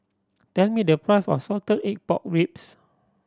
tell me the price of salted egg pork ribs